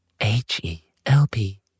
H-E-L-P